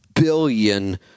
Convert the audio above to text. billion